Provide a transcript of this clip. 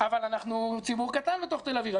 אבל אנחנו ציבור קטן בתל אביב.